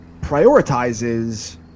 prioritizes